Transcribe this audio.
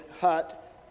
hut